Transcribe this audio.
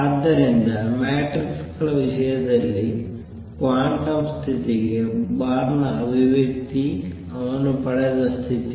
ಆದ್ದರಿಂದ ಮ್ಯಾಟ್ರಿಕ್ಸ್ ಗಳ ವಿಷಯದಲ್ಲಿ ಕ್ವಾಂಟಮ್ ಸ್ಥಿತಿಗೆ ಬಾರ್ನ್ ನ ಅಭಿವ್ಯಕ್ತಿ ಅವನು ಪಡೆದ ಸ್ಥಿತಿ